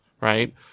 right